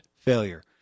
failure